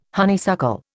Honeysuckle